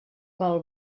pel